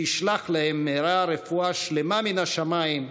וישלח להם מהרה רפואה שלמה מן השמיים.